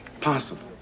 possible